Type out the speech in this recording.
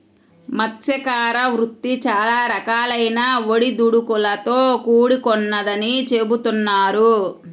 మత్స్యకార వృత్తి చాలా రకాలైన ఒడిదుడుకులతో కూడుకొన్నదని చెబుతున్నారు